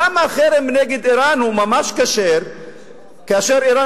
למה חרם נגד אירן הוא ממש כשר כאשר אירן